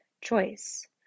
Choice